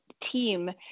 team